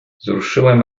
wzruszyłem